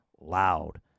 loud